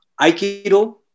Aikido